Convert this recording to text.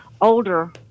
older